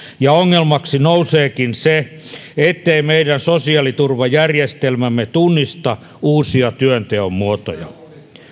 ja ongelmaksi nouseekin se ettei meidän sosiaaliturvajärjestelmämme tunnista uusia työnteon muotoja